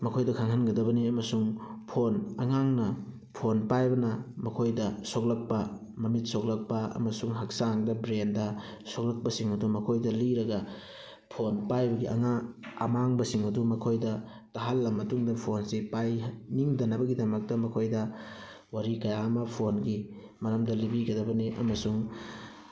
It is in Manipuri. ꯃꯈꯣꯏꯗ ꯈꯪꯍꯟꯒꯗꯕꯅꯤ ꯑꯃꯁꯨꯡ ꯐꯣꯟ ꯑꯉꯥꯡꯅ ꯐꯣꯟ ꯄꯥꯏꯕꯅ ꯃꯈꯣꯏꯗ ꯁꯣꯛꯂꯛꯄ ꯃꯃꯤꯠ ꯁꯣꯛꯂꯛꯄ ꯑꯃꯁꯨꯡ ꯍꯛꯆꯥꯡꯗ ꯕ꯭ꯔꯦꯟꯗ ꯁꯣꯛꯂꯛꯄꯁꯤꯡ ꯑꯗꯨ ꯃꯈꯣꯏꯗ ꯂꯤꯔꯒ ꯐꯣꯟ ꯄꯥꯏꯕꯒꯤ ꯑꯉꯥꯡ ꯑꯃꯥꯡꯕꯁꯤꯡ ꯑꯗꯨ ꯃꯈꯣꯏꯗ ꯇꯥꯍꯜꯂ ꯃꯇꯨꯡꯗ ꯐꯣꯟꯁꯤ ꯄꯥꯏꯅꯤꯡꯗꯅꯕꯒꯤꯗꯃꯛꯇ ꯃꯈꯣꯏꯗ ꯋꯥꯔꯤ ꯀꯌꯥ ꯑꯃ ꯐꯣꯟꯒꯤ ꯃꯔꯝꯗ ꯂꯤꯕꯤꯒꯗꯕꯅꯤ ꯑꯃꯁꯨꯡ